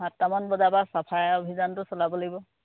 সাতটামান বজাৰপৰা চাফাই অভিযানটো চলাব লাগিব